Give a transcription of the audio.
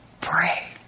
Pray